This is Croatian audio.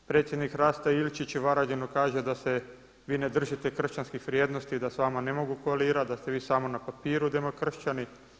Predsjednik Hrasta Ilčić u Varaždinu kaže da se vi ne držite kršćanskih vrijednosti, da s vama ne mogu koalirati, da ste vi samo na papiru demokršćani.